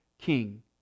King